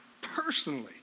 personally